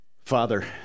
Father